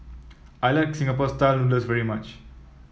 I Like Singapore style noodles very much